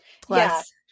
plus